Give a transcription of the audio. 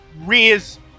rears